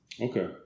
Okay